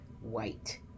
white